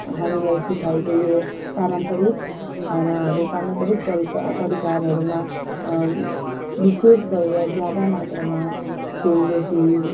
हामीलाई सिकाएको यो पारम्परिक खानाहरू पारम्परिक परिका परिकारहरूमा विशेष गरेर ज्यादा मात्रामा सोलरोटी